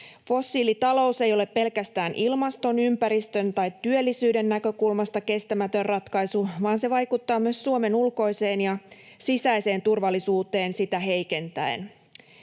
Fossiilitalous ei ole pelkästään ilmaston, ympäristön tai työllisyyden näkökulmasta kestämätön ratkaisu, vaan se vaikuttaa myös Suomen ulkoiseen ja sisäiseen turvallisuuteen sitä heikentäen.